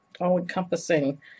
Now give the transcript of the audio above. all-encompassing